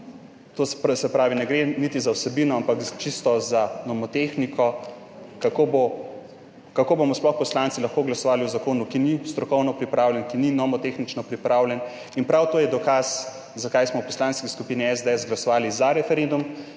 to se pravi, ne gre niti za vsebino, ampak čisto za nomotehniko, kako bomo sploh poslanci lahko glasovali o zakonu, ki ni strokovno pripravljen, ki ni nomotehnično pripravljen. In prav to je dokaz, zakaj smo v Poslanski skupini SDS glasovali za referendum,